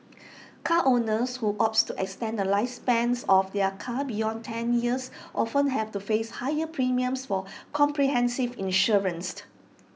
car owners who opt to extend the lifespan of their car beyond ten years often have to face higher premiums for comprehensive insurance